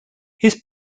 his